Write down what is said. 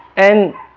and